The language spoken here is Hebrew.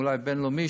אולי בין-לאומי,